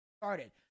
started